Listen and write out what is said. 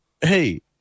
hey